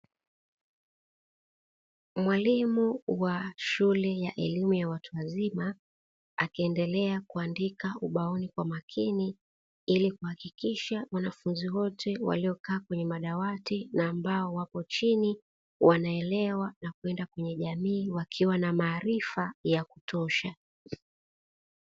Mwalimu wa shule ya elimu ya watu wazima akiendelea kuandika ubaoni kwa makini, ili kuhakikisha wanafunzi wote waliokaa kwenye madawati na ambao wako chini wanaelewa na kwenda kwenye jamii wakiwa na maarifa ya kutosha.